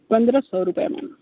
पंद्रह सौ रुपये मैम